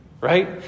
Right